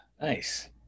nice